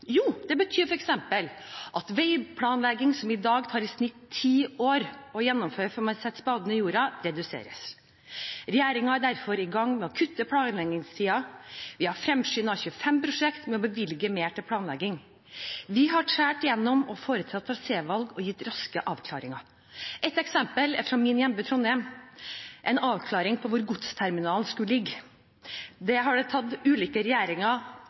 Jo, det betyr f.eks. at veiplanlegging, som i dag tar i snitt ti år å gjennomføre fra man setter spaden i jorda, reduseres. Regjeringen er derfor i gang med å kutte planleggingstiden, vi har fremskyndet 25 prosjekter ved å bevilge mer til planlegging. Vi har skåret igjennom og foretatt trasévalg og gitt raske avklaringer. Et eksempel fra min hjemby, Trondheim, er en avklaring av hvor godsterminalen skulle ligge. Det har det tatt ulike regjeringer